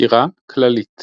סקירה כללית